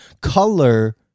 color –